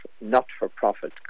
not-for-profit